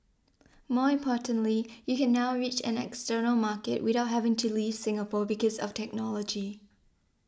more importantly you can now reach an external market without having to leave Singapore because of technology